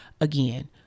Again